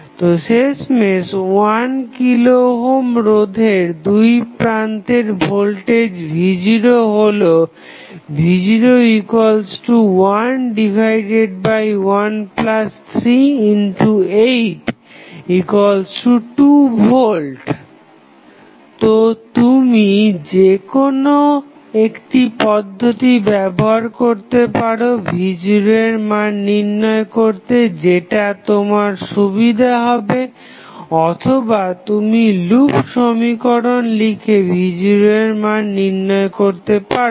তো শেষমেশ 1 kilo ohm রোধের দুইপ্রান্তে ভোল্টেজ v0 হলো v011382V তো তুমি যেকোনো একটি পদ্ধতি ব্যবহার করতে পারো v0 এর মান নির্ণয় করতে যেটা তোমার সুবিধা হবে অথবা তুমি লুপ সমীকরণ লিখে v0 এর মান নির্ণয় করতে পারো